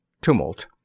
Tumult